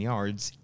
Yards